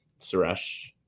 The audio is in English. Suresh